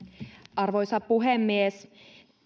arvoisa puhemies